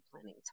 planning